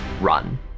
run